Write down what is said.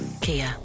Kia